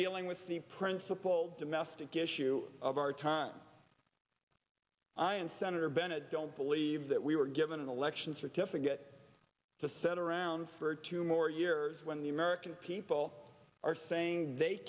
dealing with the principal domestic issue of our time i and senator bennett don't believe that we were given an election certificate to set around for two more years when the american people are saying they